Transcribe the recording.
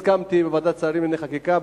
הסכמתי בוועדת השרים לענייני חקיקה,